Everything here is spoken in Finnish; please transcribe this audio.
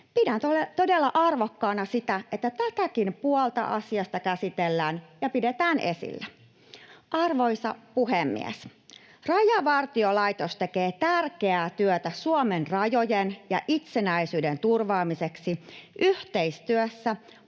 Pidän todella arvokkaana sitä, että tätäkin puolta asiasta käsitellään ja pidetään esillä. Arvoisa puhemies! Rajavartiolaitos tekee tärkeää työtä Suomen rajojen ja itsenäisyyden turvaamiseksi yhteistyössä